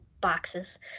boxes